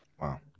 wow